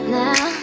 now